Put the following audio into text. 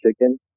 chicken